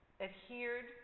adhered